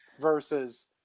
versus